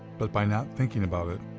but by not thinking about it,